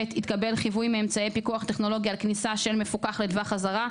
(ב)התקבל חיווי מאמצעי פיקוח טכנולוגי על כניסה של מפוקח לטווח אזהרה,